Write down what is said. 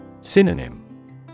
Synonym